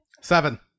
seven